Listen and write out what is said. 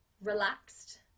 relaxed